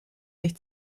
sich